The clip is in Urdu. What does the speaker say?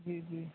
جی جی